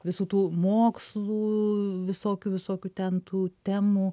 visų tų mokslų visokių visokių ten tų temų